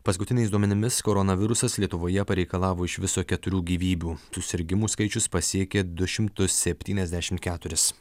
paskutiniais duomenimis koronavirusas lietuvoje pareikalavo iš viso keturių gyvybių susirgimų skaičius pasiekė du šimtus septyniasdešimt keturis